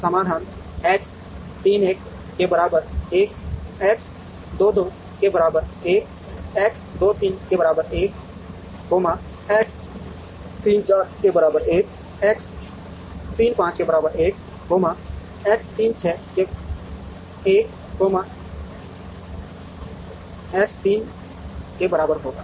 तो समाधान एक्स 3 1 के बराबर 1 एक्स 2 2 के बराबर 1 एक्स 2 3 के बराबर 1 एक्स 3 4 के बराबर 1 एक्स 3 5 के बराबर 1 एक्स 3 6 के 1 एक्स 3 के बराबर होगा